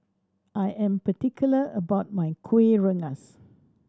I am particular about my Kueh Rengas